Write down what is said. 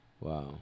Wow